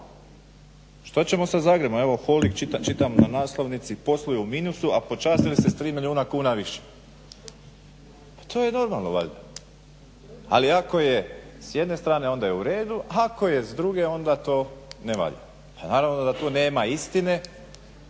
što ćemo sa Zagrebom? Evo Holding čitam na naslovnici posluje u minusu, a počastili se s tri milijuna kuna više. Pa to je normalno valjda. Ali je ako je s jedne strane onda je uredu, ako je s druge onda to ne valja. Pa naravno da tu nema istine,